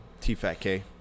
T-Fat-K